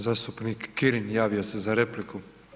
Zastupnik Kirin javio se za repliku.